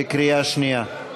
בקריאה שנייה.